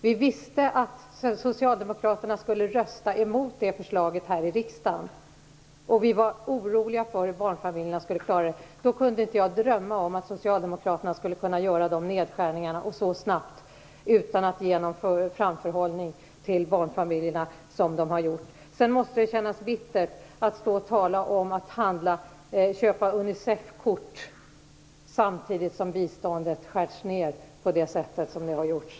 Vi visste att socialdemokraterna skulle rösta emot det förslaget här i riksdagen, och vi var oroliga för hur barnfamiljerna skulle klara det. Då kunde inte jag drömma om att socialdemokraterna skulle kunna göra dessa nedskärningar, och så snabbt, utan att ge barnfamiljerna någon möjlighet till framförhållning, såsom de har gjort. Det måste också kännas bittert att stå och tala om att köpa Unicefkort samtidigt som biståndet skurits ned på det sätt som har skett.